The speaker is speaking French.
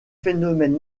phénomène